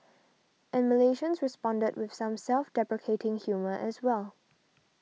and Malaysians responded with some self deprecating humour as well